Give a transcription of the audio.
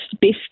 best